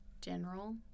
general